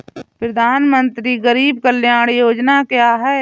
प्रधानमंत्री गरीब कल्याण योजना क्या है?